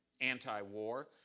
anti-war